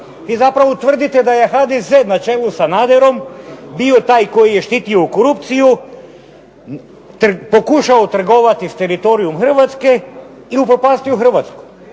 Vi zapravo tvrdite da je HDZ na čelu sa Sanaderom bio taj koji je štitio korupciju, pokušao trgovati s teritorijem Hrvatske i upropastio hrvatsko